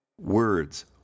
Words